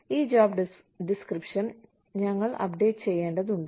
ഈ job description ഞങ്ങൾ update ചെയ്യേണ്ടതുണ്ട്